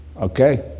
Okay